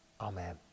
Amen